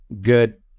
good